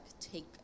take